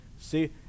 see